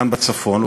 כאן בצפון,